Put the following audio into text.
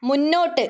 മുന്നോട്ട്